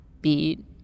Beat